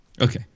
Okay